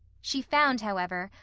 she found, however,